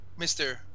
Mr